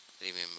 remember